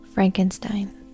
Frankenstein